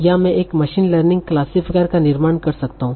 या मैं एक मशीन लर्निंग क्लासिफायर का निर्माण कर सकता हूं